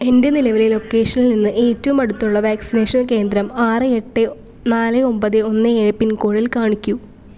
എൻ്റെ നിലവിലെ ലൊക്കേഷനിൽ നിന്ന് ഏറ്റവും അടുത്തുള്ള വാക്സിനേഷൻ കേന്ദ്രം ആറ് എട്ട് നാല് ഒമ്പത് ഒന്ന് ഏഴ് പിൻ കോഡിൽ കാണിക്കൂ